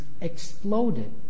exploded